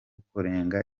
kurengera